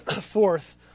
Fourth